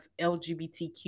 LGBTQ